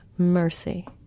Mercy